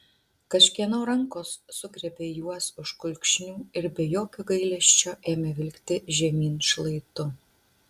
kažkieno rankos sugriebė juos už kulkšnių ir be jokio gailesčio ėmė vilkti žemyn šlaitu